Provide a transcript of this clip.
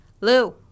Lou